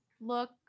look